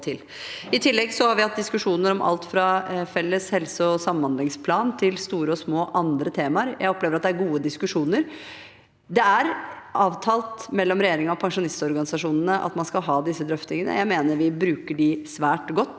I tillegg har vi hatt diskusjoner om alt fra felles helse- og samhandlingsplan, til store og små andre temaer. Jeg opplever at det er gode diskusjoner. Det er avtalt mellom regjeringen og pensjonistorganisasjonene at man skal ha disse drøftingene. Jeg mener vi bruker dem svært godt.